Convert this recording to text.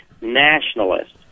nationalist